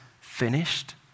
finished